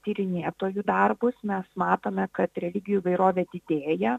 tyrinėtojų darbus mes matome kad religijų įvairovė didėja